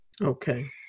Okay